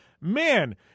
man